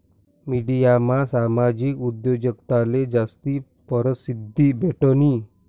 मिडियामा सामाजिक उद्योजकताले जास्ती परशिद्धी भेटनी